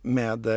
med